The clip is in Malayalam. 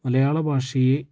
മലയാള ഭാഷയെ